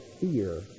fear